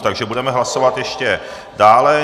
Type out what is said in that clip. Takže budeme hlasovat ještě dále.